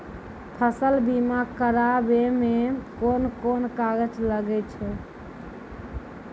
फसल बीमा कराबै मे कौन कोन कागज लागै छै?